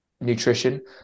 nutrition